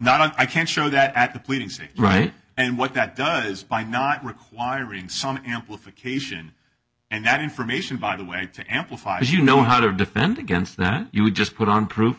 not i can't show that at the pleadings see right and what that does by not requiring some amplification and that information by the way to amplify is you know how to defend against then you would just put on proof